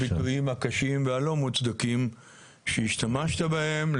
הביטויים הקשים והלא מוצדקים שהשתמשת בהם.